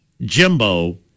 Jimbo